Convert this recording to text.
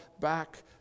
back